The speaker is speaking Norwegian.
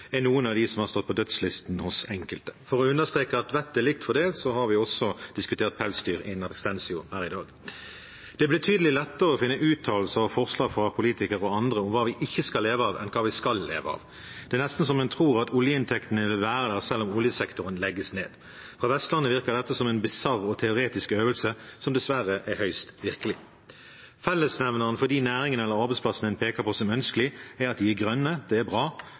enn hva vi skal leve av. Det er nesten som om en tror at oljeinntektene vil være der, selv om oljesektoren legges ned. På Vestlandet virker dette som en bisarr og teoretisk øvelse som dessverre er høyst virkelig. Fellesnevneren for de næringene eller arbeidsplassene en peker på som ønskelige, er at de er grønne – det er bra